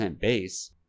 base